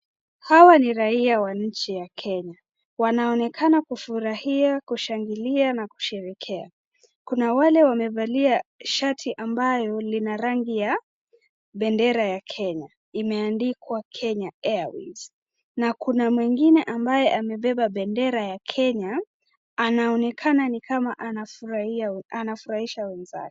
Hawa ni raia wa nchi ya Kenya. Wanaonekana kufurahia, kushangilia na kusherehekea. Kuna wale wamevalia shati ambayo lina rangi ya bendera ya Kenya imeandikwa Kenya Airways na kuna mwengine ambaye amebeba bendera ya Kenya anaonekana ni kama anafurahisha wenzake.